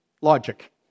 logic